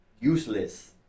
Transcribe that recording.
useless